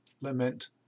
lament